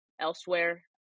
elsewhere